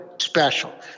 special